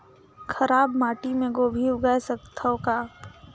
खराब माटी मे गोभी जगाय सकथव का?